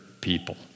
people